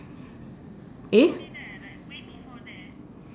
eh